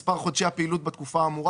מחולק במספר חודשי הפעילות בתקופה האמורה